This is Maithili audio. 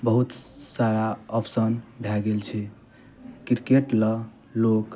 बहुत सारा ऑप्शन भए गेल छै क्रिकेट लऽ लोग